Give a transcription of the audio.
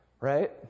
right